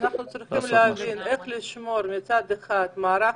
אנחנו צריכים להבין איך לשמור מצד אחד את המערך